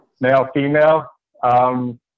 male-female